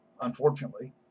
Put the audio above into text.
unfortunately